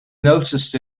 noticed